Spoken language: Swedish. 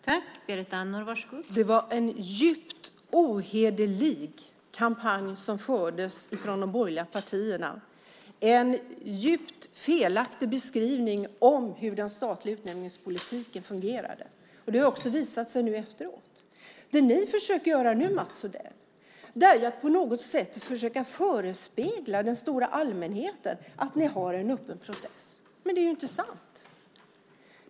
Fru talman! Det var en djupt ohederlig kampanj som fördes av de borgerliga partierna, en djupt felaktig beskrivning av hur den statliga utnämningspolitiken fungerade. Det har också visat sig nu efteråt. Det ni nu gör, Mats Odell, är att på något sätt försöka förespegla den stora allmänheten att ni har en öppen process. Men det är inte sant.